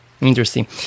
Interesting